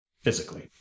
physically